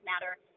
matter